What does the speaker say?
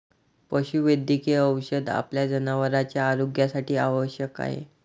पशुवैद्यकीय औषध आपल्या जनावरांच्या आरोग्यासाठी आवश्यक आहे